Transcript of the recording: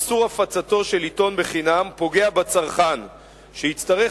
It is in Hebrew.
איסור הפצתו של עיתון בחינם פוגע בצרכן שיצטרך